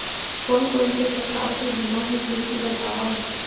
कोन कोन से प्रकार के बीमा हे सूची बतावव?